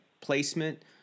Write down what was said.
placement